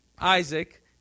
Isaac